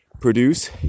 produce